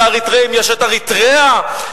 לאריתריאים יש אריתריאה,